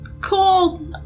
Cool